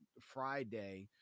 Friday